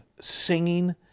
singing